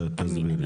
תסבירי.